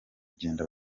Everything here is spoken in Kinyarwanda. kugenda